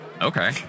Okay